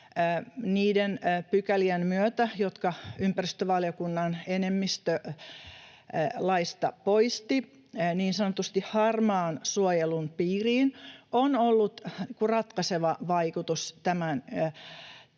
niiden pykälien myötä, jotka ympäristövaliokunnan enemmistö laista poisti, niin sanotusti harmaan suojelun piiriin, on ollut ratkaiseva vaikutus tästä laista